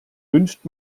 wünscht